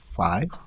Five